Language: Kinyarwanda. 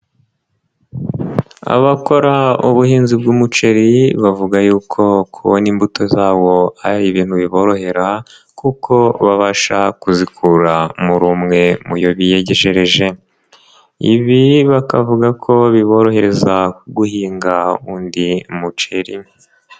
Abakora ubuhinzi bw'umuceri bavuga y'uko kubona imbuto zabo ari ibintu biborohera kuko babasha kuzikura muri umwe muwo biyegejereje, ibi bakavuga ko biborohereza guhinga undi muceri.